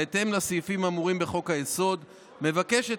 בהתאם לסעיפים האמורים בחוק-היסוד מבקשת